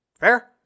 Fair